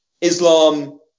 Islam